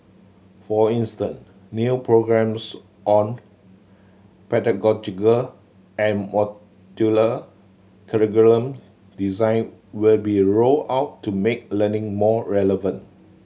for instance new programmes on pedagogical and modular curriculum design will be rolled out to make learning more relevant